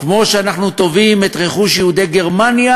כמו שאנחנו תובעים את רכוש יהודי גרמניה